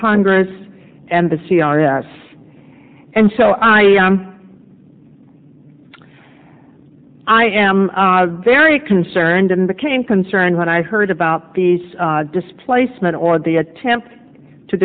congress and the c r s and so i i am very concerned and became concerned when i heard about these displacement or the attempt to